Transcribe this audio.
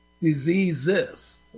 Diseases